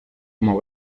como